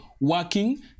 working